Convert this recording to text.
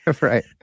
right